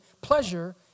pleasure